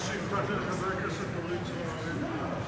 מה שהבטחתי לחברת הכנסת אורית זוארץ,